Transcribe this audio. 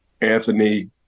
Anthony